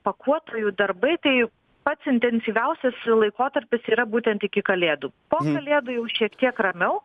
pakuotojų darbai tai pats intensyviausias laikotarpis yra būtent iki kalėdų po kalėdų jau šiek tiek ramiau